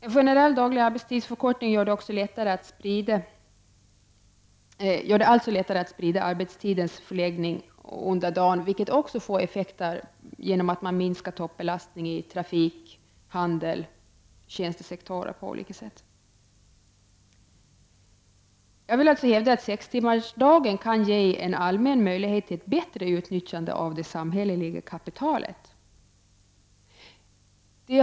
En generell daglig arbetstidsförkortning gör det också lättare att sprida arbetstidens förläggning under dagen, vilket också får till följd en minskning av toppbelastningen i trafik, handel, tjänstesektorer osv. Jag hävdar att sextimmarsdagen kan ge en allmän möjlighet till ett bättre utnyttjande av det samhälleliga kapitalet.